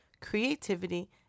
creativity